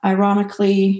Ironically